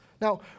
Now